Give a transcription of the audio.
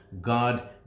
God